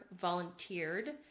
volunteered